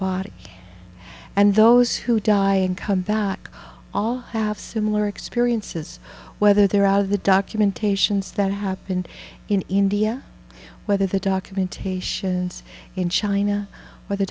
body and those who die and come back all have similar experiences whether they're out of the documentations that happened in india whether the documentations in china or the